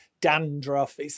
dandruff